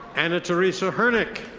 anna theresa hernick.